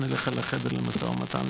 אולי תזמין אליך לחדר למשא ומתן.